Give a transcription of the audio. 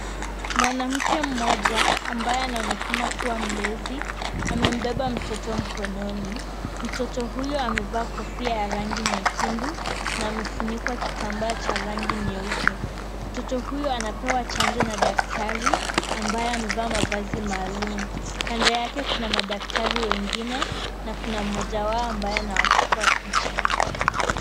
Mwanamke mmoja ambaye anaonekana kuwa mlezi, amembeba mtoto mkononi. Mtoto huyo amevaa kofia ya rangi nyekundu, na amefunikwa kitambaa cha rangi nyeupe. Mtoto huyu anapewa chanjo na daktari ambaye amevaa mavazi maalum. Kando yake kuna madaktari wengine na kuna mmoja wao ambaye anawachukua picha.